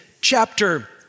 chapter